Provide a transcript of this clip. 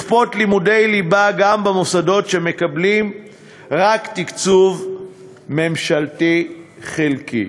לכפות לימודי ליבה גם במוסדות שמקבלים רק תקצוב ממשלתי חלקי.